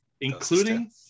Including